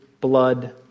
blood